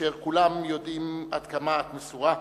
אשר כולם יודעים עד כמה את מסורה,